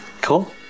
Cool